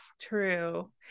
True